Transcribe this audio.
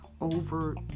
over